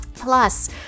Plus